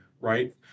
right